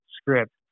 script